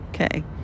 okay